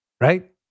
right